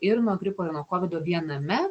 ir nuo gripo ir nuo kovido viename